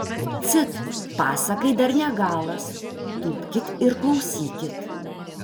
cit pasakai dar ne galas tūpkit ir klausykit